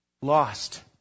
Lost